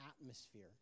atmosphere